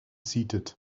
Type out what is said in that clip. seated